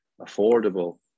affordable